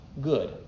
good